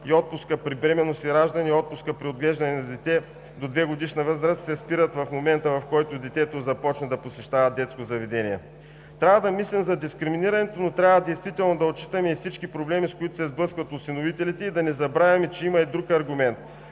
и отпускът при бременност и раждане, и отпускът при отглеждане на дете до 2-годишна възраст се спират в момента, в който детето започне да посещава детско заведение. Трябва да мислим за дискриминирането, но трябва действително да отчитаме и всички проблеми, с които се сблъскват осиновителите, и да не забравяме, че има и друг аргумент